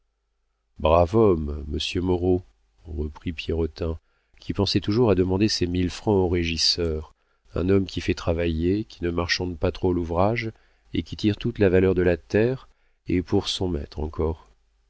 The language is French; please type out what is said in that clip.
brave homme monsieur moreau reprit pierrotin qui pensait toujours à demander ses mille francs au régisseur un homme qui fait travailler qui ne marchande pas trop l'ouvrage et qui tire toute la valeur de la terre et pour son maître encore